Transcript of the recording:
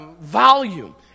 volume